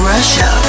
Russia